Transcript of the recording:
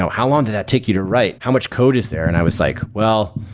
how long did that take you to write? how much code is there? and i was like, well,